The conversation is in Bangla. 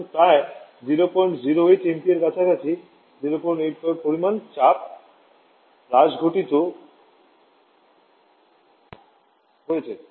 সুতরাং প্রায় 008 এমপিএ কাছাকাছি 08 বার পরিমাণ চাপ হ্রাস ঘটিত হয়েছে